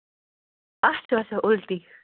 اَتھ تہِ آسیٛاہ اُلٹی